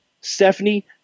Stephanie